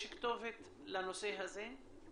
יש כתובת לנושא הזה?